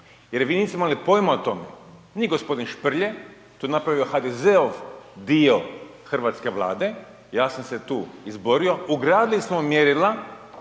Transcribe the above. jer vi niste imali pojma o tome, ni g. Šprlje, to je napravio HDZ-ov dio hrvatske Vlade, ja sam se tu izborio, ugradili smo mjerila